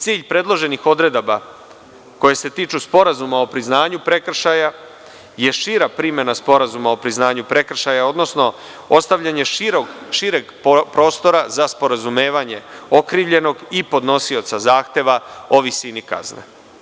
Cilj predloženih odredaba koje se tiču sporazuma o priznanju prekršaja, je šira primena Sporazuma o priznanju prekršaja odnosno ostavljanje šireg prostora za sporazumevanje okrivljenog i podnosioca zahteva o visini kazne.